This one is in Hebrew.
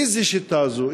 איזו שיטה זו?